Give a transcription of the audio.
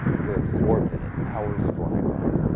you're absorbed in it, hours fly by.